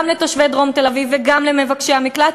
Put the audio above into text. גם לתושבי דרום תל-אביב וגם למבקשי המקלט,